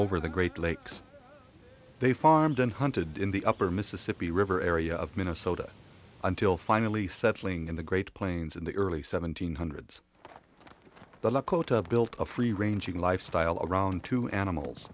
over the great lakes they farmed and hunted in the upper mississippi river area of minnesota until finally settling in the great plains in the early seventies hundreds the luck built a free ranging lifestyle around to animals